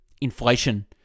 inflation